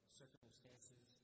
circumstances